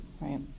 Right